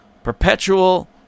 Perpetual